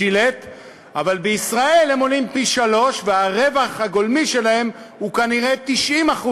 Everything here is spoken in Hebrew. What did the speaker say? אבל בישראל הם עולים פי-שלושה והרווח הגולמי שלהם הוא כנראה 90%,